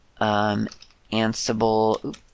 ansible